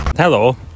hello